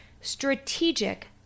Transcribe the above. strategic